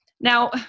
now